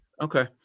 Okay